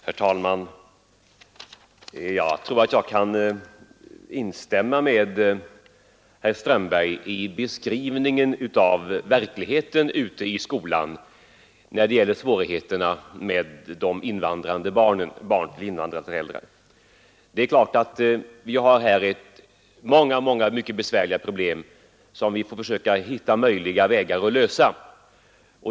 Herr talman! Jag kan instämma med herr Strömberg i Botkyrka i hans beskrivning av verkligheten ute i skolan när det gäller svårigheterna med barn till invandrarföräldrar. Vi har många besvärliga problem som vi får försöka hitta möjliga vägar för att lösa.